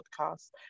podcast